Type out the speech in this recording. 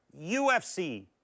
UFC